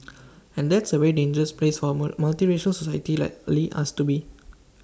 and that's A very dangerous place for A more multiracial society likely us to be